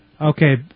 Okay